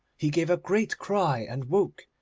he gave a great cry and woke,